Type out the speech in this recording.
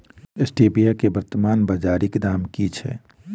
Stevia केँ वर्तमान बाजारीक दाम की छैक?